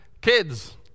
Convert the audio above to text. kids